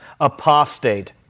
apostate